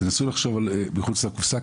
תנסו לחשוב מחוץ לקופסה,